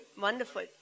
Wonderful